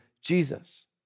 Jesus